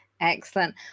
Excellent